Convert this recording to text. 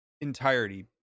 entirety